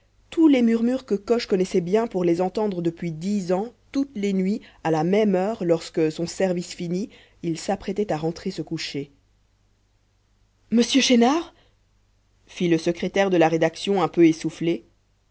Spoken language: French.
tous les murmures que coche connaissait bien pour les entendre depuis dix ans toutes les nuits à la même heure lorsque son service fini il s'apprêtait à rentrer se coucher monsieur chénard fit le secrétaire de la rédaction un peu essoufflé